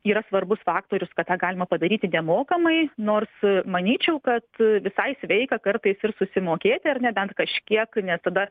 yra svarbus faktorius kad tą galima padaryti nemokamai nors manyčiau kad visai sveika kartais ir susimokėti ar ne bent kažkiek nes tada